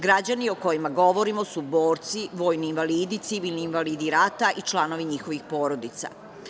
Građani o kojima govorimo su borci, vojni invalidi, civilni invalidi rata i članovi njihovih porodica.